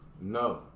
No